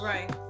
Right